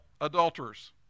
adulterers